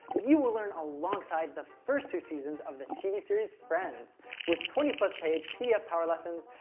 you will learn alongside the first two seasons of the tv series friends with twenty page pdf power lessons,